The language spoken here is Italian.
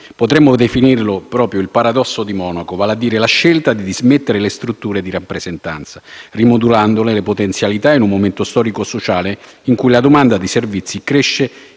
Potremmo definirlo proprio il «paradosso di Monaco», vale a dire la scelta di dismettere le strutture di rappresentanza, rimodulandone le potenzialità in un momento storico-sociale in cui la domanda di servizi cresce